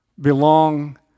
belong